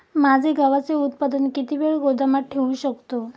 माझे गव्हाचे उत्पादन किती वेळ गोदामात ठेवू शकतो?